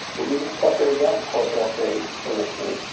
the leading sector, again, is wholesale trade for the state,